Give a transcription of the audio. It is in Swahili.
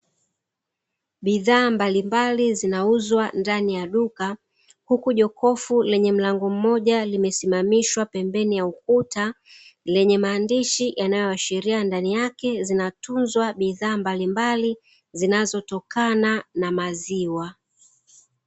Bidhaa mbalimbali zinauzwa ndani ya duka huku jokofu lenye mlango mmoja, limesimamishwa pembeni ya ukuta lenye maandishi yanayoashiria ndani yake zinatunzwa bidhaa mbalimbali zinazotokana na maziwa.